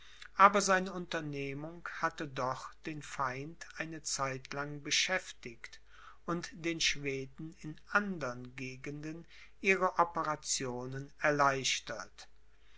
aber seine unternehmung hatte doch den feind eine zeitlang beschäftigt und den schweden in andern gegenden ihre operationen erleichtert